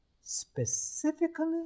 specifically